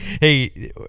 hey